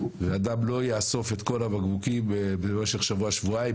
ואדם לא יאסוף את כל הבקבוקים במשך שבוע שבועיים,